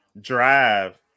drive